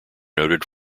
noted